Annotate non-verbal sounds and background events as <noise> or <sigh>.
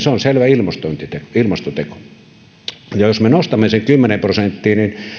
<unintelligible> se on selvä ilmastoteko jos me nostamme sen kymmeneen prosenttiin niin